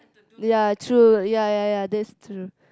ya true ya ya ya that's true